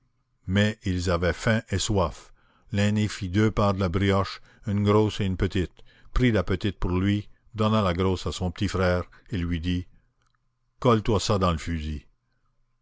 mais ils avaient faim et soif l'aîné fit deux parts de la brioche une grosse et une petite prit la petite pour lui donna la grosse à son petit frère et lui dit colle toi ça dans le fusil